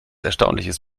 erstaunliches